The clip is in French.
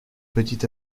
petit